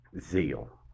zeal